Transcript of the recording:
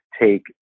take